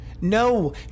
No